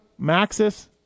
maxis